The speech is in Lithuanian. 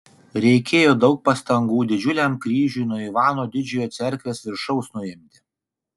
reikėjo daug pastangų didžiuliam kryžiui nuo ivano didžiojo cerkvės viršaus nuimti